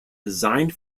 designed